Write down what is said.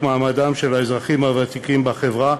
מעמדם של האזרחים הוותיקים בחברה,